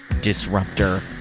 disruptor